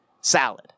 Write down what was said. salad